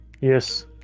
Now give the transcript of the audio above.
Yes